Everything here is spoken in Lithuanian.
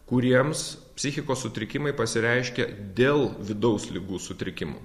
kuriems psichikos sutrikimai pasireiškia dėl vidaus ligų sutrikimų